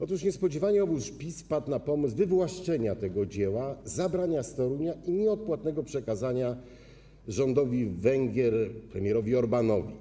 Otóż niespodziewanie obóz PiS wpadł na pomysł wywłaszczenia tego dzieła, zabrania z Torunia i nieodpłatnego przekazania rządowi Węgier, premierowi Orbánowi.